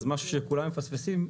שכולם מפספסים.